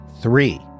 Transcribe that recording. Three